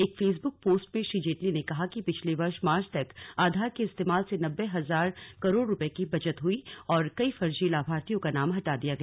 एक Facebook post में श्री जेटली ने कहा कि पिछले वर्ष मार्च तक आधार के इस्तेमाल से नब्बे हजार करोड़ रूपये की बचत हई और कई फर्जी लाभार्थियों का नाम हटा दिया गया